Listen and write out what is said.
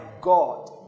God